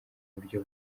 buryo